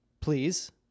please